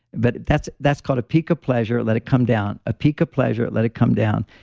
but that's that's called a peak of pleasure, let it come down, a peak of pleasure, let it come down.